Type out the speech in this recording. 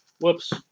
Whoops